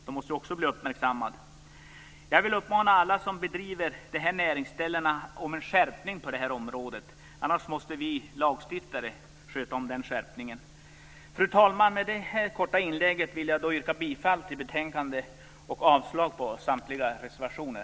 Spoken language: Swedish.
De måste ju också bli uppmärksammade. Jag vill uppmana alla som driver sådana näringsställen att skärpa sig, så vi slipper att skärpa lagstiftningen. Fru talman! Med detta korta inlägg vill jag yrka bifall till hemställan i betänkandet och avslag på samtliga reservationer.